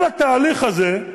כל התהליך הזה,